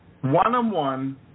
one-on-one